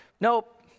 Nope